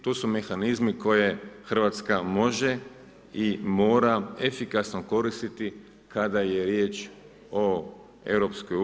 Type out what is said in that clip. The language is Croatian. Tu su mehanizmi koje Hrvatska može i mora efikasno koristiti kada je riječ o EU.